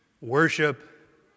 worship